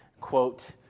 quote